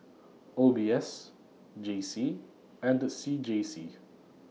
O B S J C and C J C